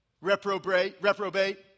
reprobate